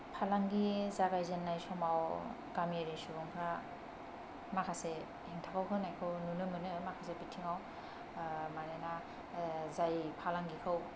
फालांगि जागायजेन्नाय समाव गामियारि सुबुंफ्रा माखासे हेंथाखौ होनायखौ नुनो मोनो माखासे बिथिंआव मानोना जाय फालांगिखौ